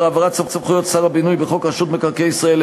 העברת סמכויות שר הבינוי בחוק רשות מקרקעי ישראל,